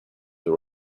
the